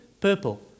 purple